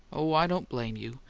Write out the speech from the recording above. oh, i don't blame you.